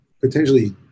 potentially